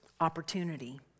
opportunity